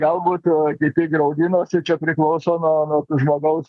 galbūt kiti graudinosi čia priklauso nuo vat žmogaus